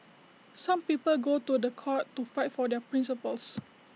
some people go to The Court to fight for their principles